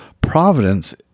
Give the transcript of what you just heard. providence